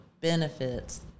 benefits